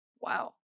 wow